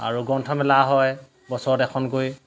আৰু গ্ৰন্থমেলা হয় বছৰত এখনকৈ